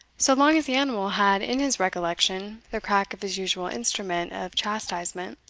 so long as the animal had in his recollection the crack of his usual instrument of chastisement,